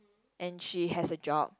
and she has a job